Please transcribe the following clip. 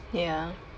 ya